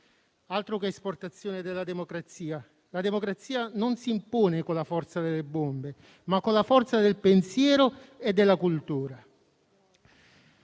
Altro che esportazione della democrazia, la quale si impone non certo con la forza delle bombe, ma con la forza del pensiero e della cultura.